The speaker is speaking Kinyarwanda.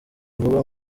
vuba